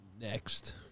Next